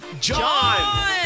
John